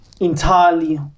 Entirely